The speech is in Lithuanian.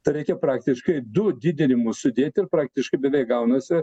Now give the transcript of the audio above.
tai reikia praktiškai du didinimus sudėti ir praktiškai beveik gaunasi